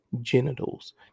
genitals